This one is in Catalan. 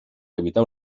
evitar